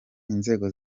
inzego